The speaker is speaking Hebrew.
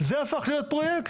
זה הפך להיות פרויקט.